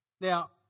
Now